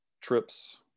trips